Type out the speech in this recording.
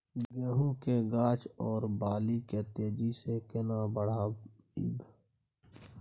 गेहूं के गाछ ओ बाली के तेजी से केना बढ़ाइब?